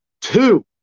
Two